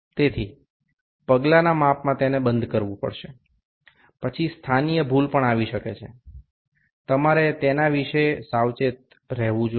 તેથી પગલાના માપમાં તેને બંધ કરવું પડશે પછી સ્થાનિય ભૂલ પણ આવી શકે છે તમારે તેના વિશે સાવચેત રહેવું જોઈએ